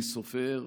מי סופר.